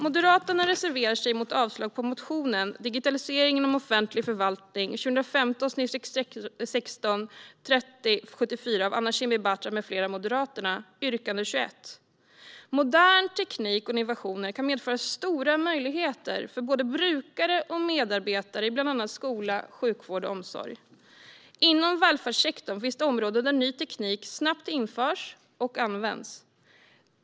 Moderaterna reserverar sig mot avslag på motionen Digitalisering inom offentlig förvaltning , 2015/16:3074 av Anna Kinberg Batra med flera, Moderaterna, yrkande 21. Modern teknik och innovationer kan medföra stora möjligheter för både brukare och medarbetare i bland annat skola, sjukvård och omsorg. Inom välfärdssektorn finns det områden där ny teknik snabbt införs och används.